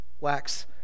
wax